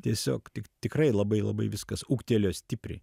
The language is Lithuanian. tiesiog tik tikrai labai labai viskas ūgtelėjo stipriai